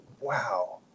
wow